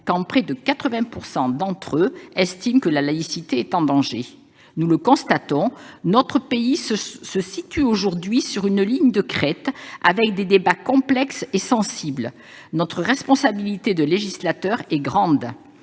quand près de 80 % d'entre eux estiment que la laïcité est en danger. Nous le constatons : notre pays se situe aujourd'hui sur une ligne de crête, les débats sont complexes et sensibles. Notre responsabilité de législateur est grande.